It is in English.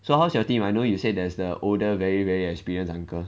so how's your team I know you said there's the older very very experienced uncle